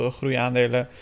groeiaandelen